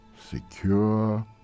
secure